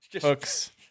hooks